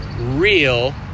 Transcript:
real